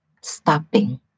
stopping